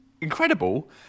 incredible